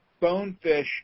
Bonefish